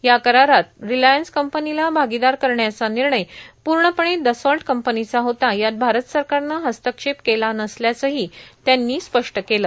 या करारात रिलायंस कंपनीला भागीदार करण्याचा निर्णय पूर्णपणे डसॉल्ट कंपनीचा होता यात भारत सरकारनं हस्तक्षेप केला नसल्याचंही त्यांनी स्पष्ट केलं